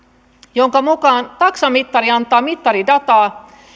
jonka mukaan taksamittari antaa mittaridataa